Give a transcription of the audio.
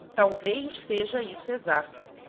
talvez seja isso exacto,